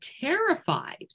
terrified